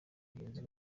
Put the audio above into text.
mugenzi